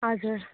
हजुर